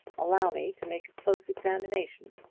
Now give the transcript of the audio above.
allow me to make a close examination.